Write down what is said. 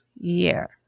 year